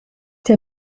der